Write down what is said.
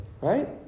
right